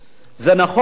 זה נכון,